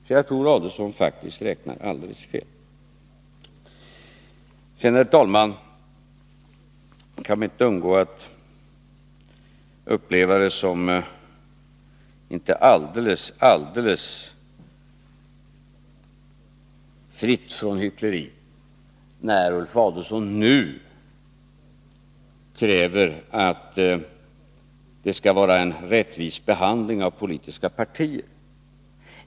Jag tror att herr Adelsohn faktiskt räknat alldeles 17 Sedan, herr talman, kan vi inte undgå att uppleva saken så att det inte är alldeles fritt från hyckleri när Ulf Adelsohn nu kräver att det skall vara en rättvis behandling av politiska partier.